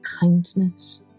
kindness